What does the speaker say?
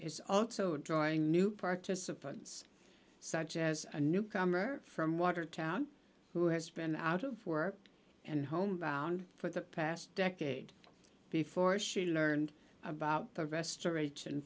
is also drawing new participants such as a newcomer from watertown who has been out of work and home bound for the past decade before she learned about the restoration